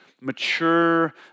mature